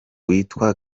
witwa